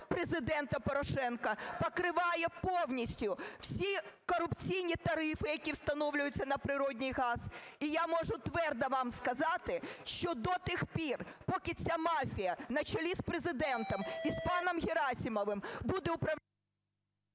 Президента Порошенка, покриває повністю всі корупційні тарифи, які встановлюються на природний газ. І я можу твердо вам сказати, що до тих пір, поки ця мафія на чолі з Президентом і паном Герасимовим буде управляти…